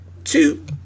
Two